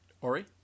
Ori